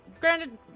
granted